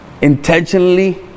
intentionally